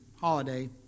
holiday